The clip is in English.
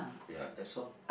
ya that's all